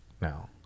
Now